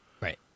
right